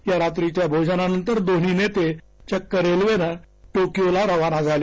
या रात्रीच्या भोजनानंतर दोनही नेते चक्क रेल्वेनं टोकीयोला रवाना झाले